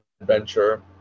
adventure